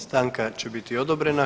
Stanka će biti odobrena.